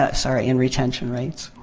ah sorry, in retention rates.